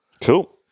Cool